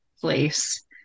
place